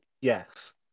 Yes